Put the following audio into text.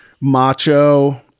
macho